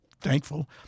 thankful